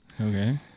okay